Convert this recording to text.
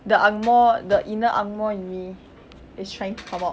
the ang moh the inner ang moh in me is trying to come out